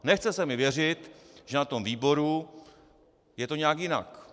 Nechce se mi věřit, že na tom výboru je to nějak jinak.